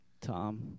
tom